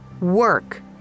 work